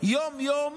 יום-יום